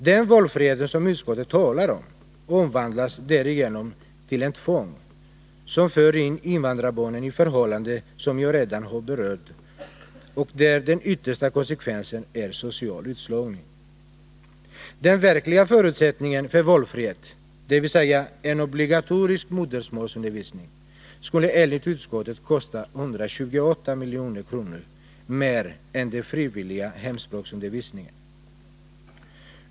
Den valfrihet som utskottet talar om omvandlas därigenom till ett tvång som för in invandrarbarnen i förhållanden som jag redan har berört och där den yttersta konsekvensen är social utslagning. Den verkliga förutsättningen för valfrihet, dvs. en obligatorisk modersmålsundervisning, skulle enligt utskottet kosta 128 milj.kr. mer än den frivilliga hemspråksundervisningen.